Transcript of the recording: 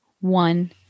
One